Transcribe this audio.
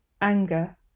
anger